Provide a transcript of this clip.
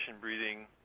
breathing